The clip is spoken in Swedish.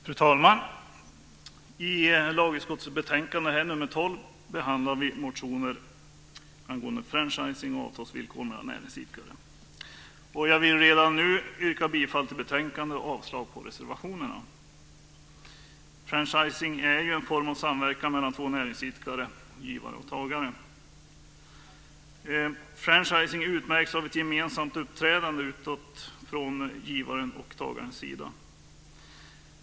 Fru talman! I lagutskottets betänkande nr 12 behandlar vi motioner angående franchising och avtalsvillkor mellan näringsidkare. Jag vill redan nu yrka bifall till förslaget i betänkandet och avslag på reservationerna. Franchising är ju en form av samverkan mellan två näringsidkare, givare och tagare. Franchising utmärks av ett gemensamt uppträdande utåt från givarens och tagarens sida.